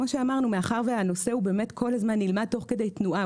מאחר והנושא נלמד תוך כדי תנועה,